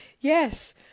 Yes